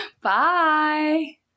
Bye